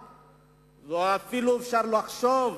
התוצאה תהיה רעה, ואפילו אפשר לחשוב,